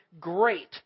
great